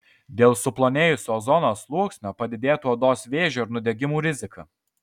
dėl suplonėjusio ozono sluoksnio padidėtų odos vėžio ir nudegimų rizika